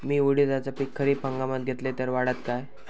मी उडीदाचा पीक खरीप हंगामात घेतलय तर वाढात काय?